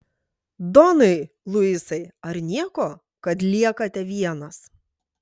donai luisai ar nieko kad liekate vienas